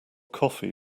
coffee